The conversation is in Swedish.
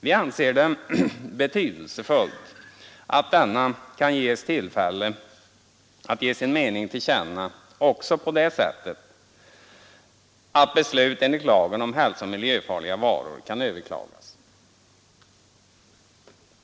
Vi anser det betydelsefullt att denna kan få tillfälle ge sin mening till känna också på det sättet att beslut enligt lagen om hälsooch miljöfarliga varor kan överklagas.